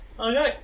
Okay